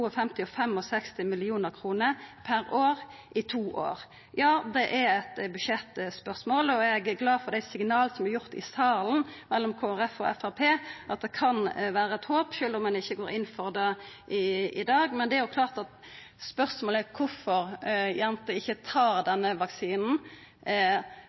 og 65 mill. kr per år i to år. Ja, det er eit budsjettspørsmål, og eg er glad for dei signala som er gitt av Kristeleg Folkeparti og Framstegspartiet i salen, at det kan vera eit håp, sjølv om ein ikkje går inn for det i dag. Men spørsmålet er kvifor ikkje jenter tar denne vaksinen. Eg trur ikkje